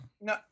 No